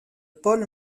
paul